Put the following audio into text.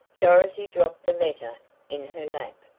dorothy dropped the letter in her lap.